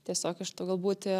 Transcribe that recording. tiesiog iš to galbūt